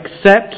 accept